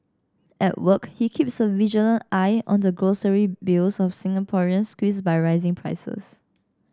at work he keeps a vigilant eye on the grocery bills of Singaporeans squeezed by rising prices